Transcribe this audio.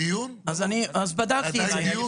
אז זה עדיין דיון?